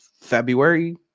February